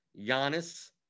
Giannis